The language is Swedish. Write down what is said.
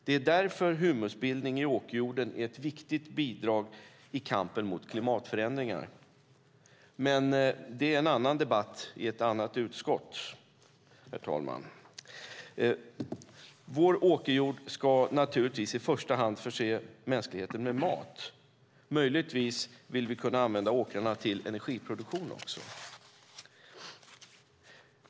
Därför är humusbildning i åkerjorden ett viktigt bidrag i kampen mot klimatförändringar, men det är en annan debatt i ett annat utskott. Vår åkerjord ska naturligtvis i första hand förse mänskligheten med mat. Möjligtvis vill vi också kunna använda åkrarna till energiproduktion.